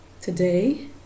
Today